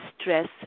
stress